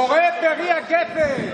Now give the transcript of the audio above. בורא פרי הגפן.